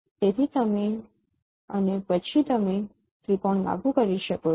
તેથી અને પછી તમે ત્રિકોણ લાગુ કરી શકો છો